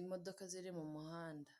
imodoka ziri mu muhanda.